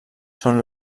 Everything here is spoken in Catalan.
són